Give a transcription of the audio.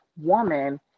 woman